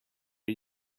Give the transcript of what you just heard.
did